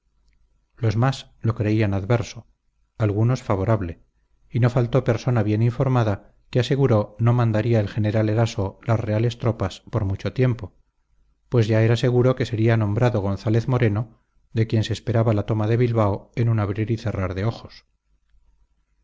los más lo creían adverso algunos favorable y no faltó persona bien informada que aseguró no mandaría el general eraso las reales tropas por mucho tiempo pues ya era seguro que sería nombrado gonzález moreno de quien se esperaba la toma de bilbao en un abrir y cerrar de ojos